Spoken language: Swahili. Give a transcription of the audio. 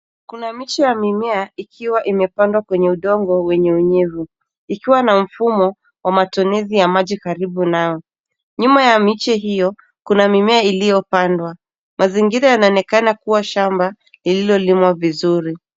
Kuna miche ya mimea ikiwa imepandwa kwenye udongo wenye unyevu ikiwa na mfumo wa matonezi ya maji karibu nao, nyuma ya miche hiyo kuna mimea iliyopandwa mazingira yanaonekana kuwa shamba lililolimwa vizuri.